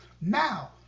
Now